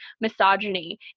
misogyny